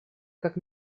как